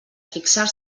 fixar